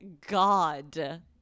God